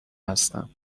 هستم